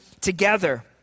together